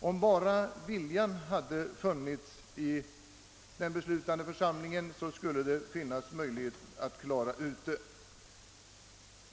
Om bara viljan hade funnits i den beslutande församlingen, skulle det vara möjligt att klara ut detta.